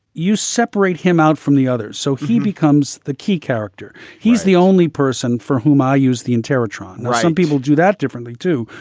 you separate him out from the others, so he becomes the key character he's the only person for whom i use the entire tron. some people do that differently, too.